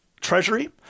Treasury